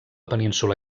península